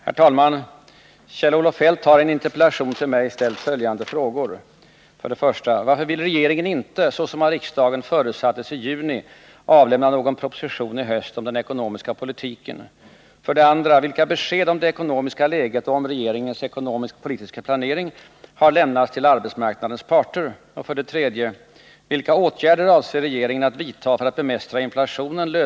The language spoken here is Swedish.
Herr talman! Kjell-Olof Feldt har i en interpellation till mig ställt följande frågor: 1. Varför vill regeringen inte — såsom av riksdagen förutsattes i juni — avlämna någon proposition i höst om den ekonomiska politiken? 2. Vilka besked om det ekonomiska läget och om regeringens ekonomiskpolitiska planering har lämnats till arbetsmarknadens parter?